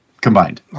combined